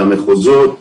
המחוזות,